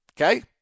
okay